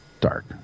dark